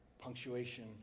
punctuation